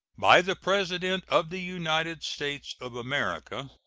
by the president of the united states of america.